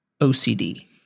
OCD